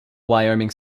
wyoming